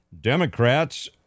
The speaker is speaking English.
Democrats